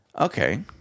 Okay